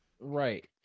Right